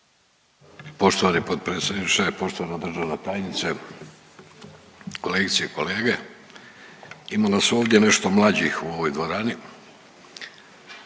Poštovani potpredsjedniče, poštovana državna tajnice, kolegice i kolege, ima nas ovdje nešto mlađih u ovoj dvorani